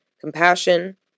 compassion